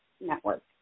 network